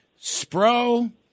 Spro